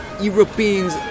Europeans